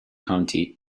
county